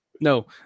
No